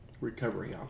Recovery